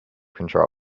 control